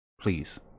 Please